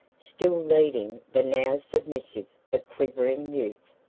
still leading the now submissive but quivering youth.